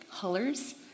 colors